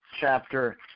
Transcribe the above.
chapter